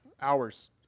hours